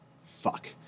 Fuck